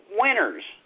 winners